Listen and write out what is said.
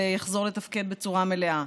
לתוספת לסל הבריאות,